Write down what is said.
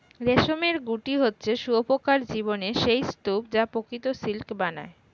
রেশমের গুটি হচ্ছে শুঁয়োপোকার জীবনের সেই স্তুপ যা প্রকৃত সিল্ক বানায়